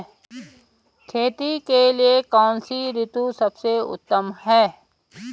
खेती के लिए कौन सी ऋतु सबसे उत्तम है?